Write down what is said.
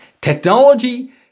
Technology